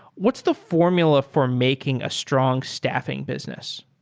what's the formula for making a strong staffi ng business?